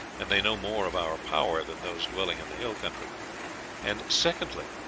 and they know more of our power than those dwelling in the hill country and, secondly,